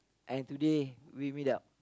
and today we meet up